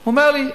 הוא אומר לי: